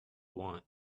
want